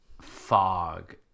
fog